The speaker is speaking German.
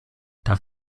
darf